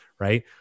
right